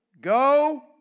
Go